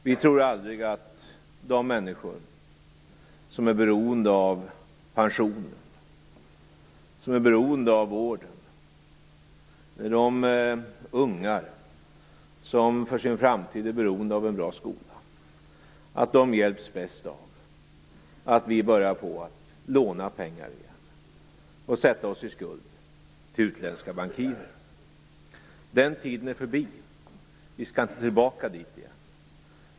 Vi tror aldrig att de människor som är beroende av pensioner, som är beroende av vården, att de ungar som för sin framtid är beroende av en bra skola bäst hjälps av att vi börjar låna pengar igen och sätta oss i skuld till utländska bankirer. Den tiden är förbi. Vi skall inte tillbaka dit igen.